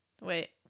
Wait